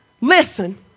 listen